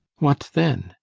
what then?